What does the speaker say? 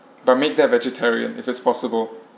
but make that vegetarian if it's possible